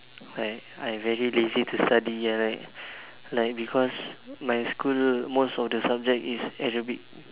why I very lazy to study ah like because my school most of the subject is Arabic